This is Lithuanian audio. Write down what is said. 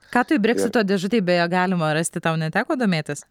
ką toj breksito dėžutėj beje galima rasti tau neteko domėtis